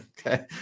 okay